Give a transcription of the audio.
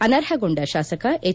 ಅನರ್ಹಗೊಂಡ ಶಾಸಕ ಎಚ್